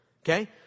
Okay